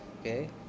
Okay